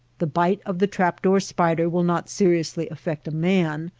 the bite of the trap-door spider will not seriously affect a man,